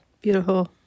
Beautiful